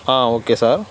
okay sir